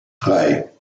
drei